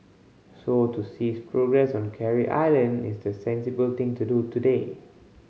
so to cease progress on Carey Island is the sensible thing to do today